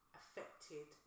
affected